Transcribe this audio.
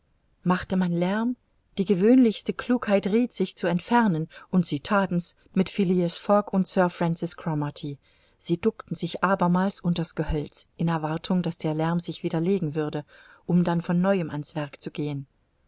machte man lärm die gewöhnlichste klugheit rieth sich zu entfernen und sie thaten's mit phileas fogg und sir francis cromarty sie duckten sich abermals unter's gehölz in erwartung daß der lärm sich wieder legen würde um dann von neuem an's werk zu gehen